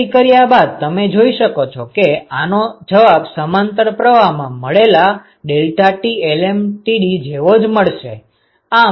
ગણતરી કર્યા બાદ તમે જોઈ શકો છો કે આનો જવાબ સમાંતર પ્રવાહમાં મળેલા deltaT lmtd જેવો જ મળશે